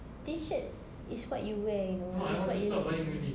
T-shirt is what you wear you know it's what you need